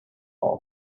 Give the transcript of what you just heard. hall